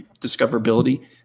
discoverability